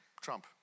trump